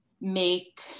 make